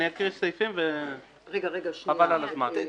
אני אקריא סעיפים, חבל על הזמן.